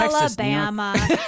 alabama